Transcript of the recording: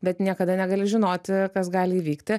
bet niekada negali žinoti kas gali įvykti